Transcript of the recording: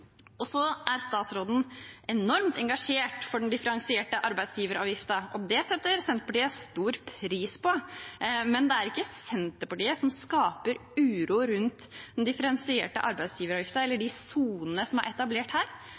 Så er statsråden enormt engasjert når det gjelder den differensierte arbeidsgiveravgiften. Det setter Senterpartiet stor pris på. Men det er ikke Senterpartiet som skaper uro rundt den differensierte arbeidsgiveravgiften, eller de sonene som er etablert her.